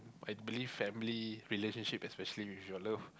I believe family relationship especially with your love